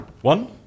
One